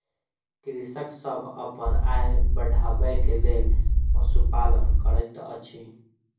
कृषक सभ अपन आय बढ़बै के लेल पशुपालन करैत अछि